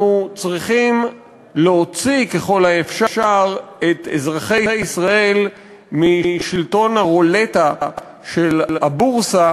אנחנו צריכים להוציא ככל האפשר את אזרחי ישראל משלטון הרולטה של הבורסה